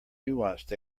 nuanced